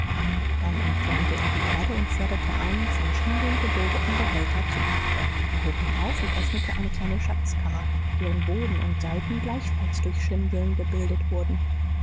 dann entfernte er die erde und förderte einen von schindeln gebildeten behälter zu tage er hob ihn auf und öffnete eine kleine schatzkammer deren boden und seiten gleichfalls durch schindeln gebildet wurden